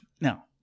Now